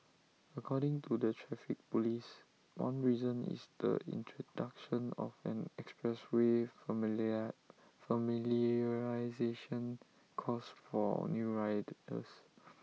according to the traffic Police one reason is the introduction of an expressway familiar familiarisation course for new riders